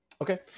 Okay